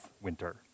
winter